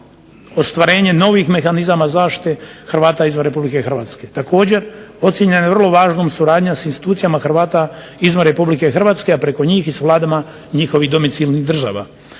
ostvarenje novih mehanizama zaštite Hrvata izvan RH. Također, ocijenjena je vrlo važnom suradnja s institucijama Hrvata izvan RH,a preko njih i s vladama njihovih domicilnih država.